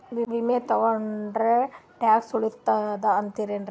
ವಿಮಾ ತೊಗೊಂಡ್ರ ಟ್ಯಾಕ್ಸ ಉಳಿತದ ಅಂತಿರೇನು?